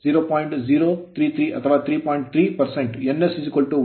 033 ಅಥವಾ 3